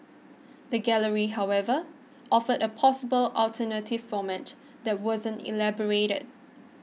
the gallery however offered a possible alternative format that wasn't elaborated